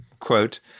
quote